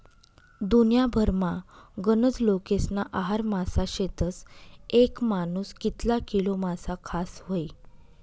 दुन्याभरमा गनज लोकेस्ना आहार मासा शेतस, येक मानूस कितला किलो मासा खास व्हयी?